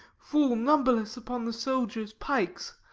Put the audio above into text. fall numberless upon the soldiers' pikes.